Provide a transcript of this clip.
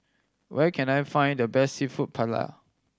where can I find the best Seafood Paella